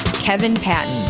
kevin patton.